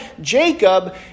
Jacob